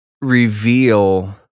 reveal